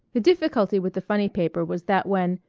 the difficulty with the funny paper was that when,